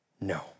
No